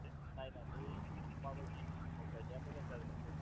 बेखो नायनानै माबायदि गायनाया मोजां जागोन